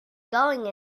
going